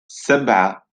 سبعة